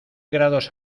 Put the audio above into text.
grados